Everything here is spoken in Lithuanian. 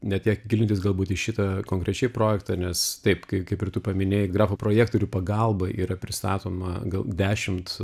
ne tiek gilintis galbūt į šitą konkrečiai projektą nes taip kai kaip ir tu paminėjai grafaprojektorių pagalba yra pristatoma gal dešimt